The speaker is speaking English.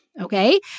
Okay